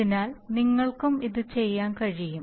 അതിനാൽ നിങ്ങൾക്കും ഇത് ചെയ്യാൻ കഴിയും